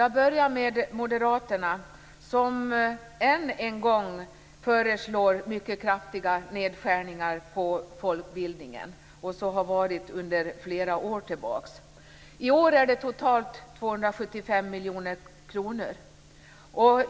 Jag börjar med Moderaterna, som än en gång föreslår mycket kraftiga nedskärningar på folkbildningen, vilket de har gjort under flera år tillbaka. I år föreslår de nedskärningar på totalt 275 miljoner kronor.